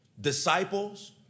Disciples